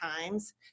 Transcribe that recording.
times